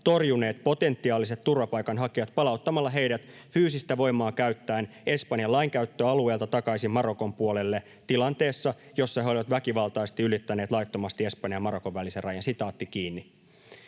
torjuneet potentiaaliset turvapaikanhakijat palauttamalla heidät fyysistä voimaa käyttäen Espanjan lainkäyttöalueelta takaisin Marokon puolelle tilanteessa, jossa he olivat väkivaltaisesti ylittäneet laittomasti Espanjan ja Marokon välisen rajan.” Nyt